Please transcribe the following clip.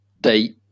date